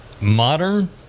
modern